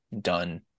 done